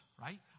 right